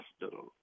hospital